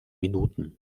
minuten